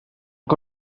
que